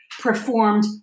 performed